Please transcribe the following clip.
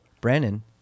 Brandon